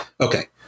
Okay